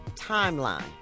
timeline